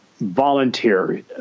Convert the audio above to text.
Volunteer